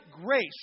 grace